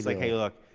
like hey, look,